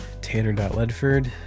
tanner.ledford